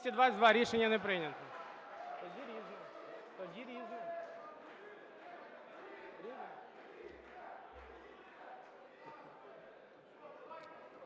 Рішення не прийнято.